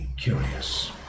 curious